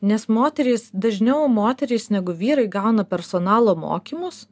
nes moterys dažniau moterys negu vyrai gauna personalo mokymus